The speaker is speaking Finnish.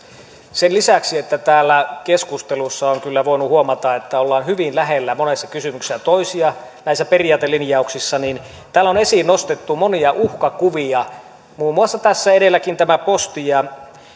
sen lisäksi että täällä keskusteluissa on kyllä voinut huomata että olemme hyvin lähellä monessa kysymyksessä toisiamme näissä periaatelinjauksissa täällä on esiin nostettu monia uhkakuvia muun muassa tässä edelläkin tämä posti